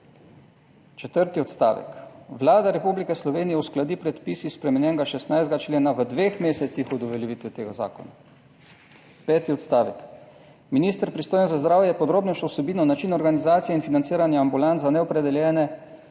Četrti odstavek. Vlada Republike Slovenije uskladi predpis iz spremenjenega 16. člena v dveh mesecih od uveljavitve tega zakona. Peti odstavek. Minister pristojen za zdravje, podrobnejšo vsebino, način organizacije in financiranja ambulant za neopredeljene